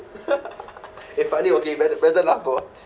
if I knew okay better better laugh bro